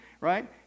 right